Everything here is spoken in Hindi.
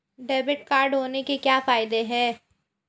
डेबिट कार्ड होने के क्या फायदे हैं?